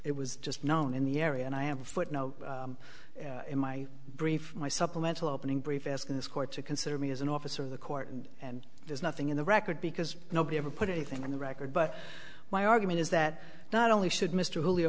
it was just known in the area and i have a footnote in my brief my supplemental opening brief asking this court to consider me as an officer of the court and there's nothing in the record because nobody ever put anything on the record but my argument is that not only should mr julio